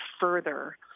further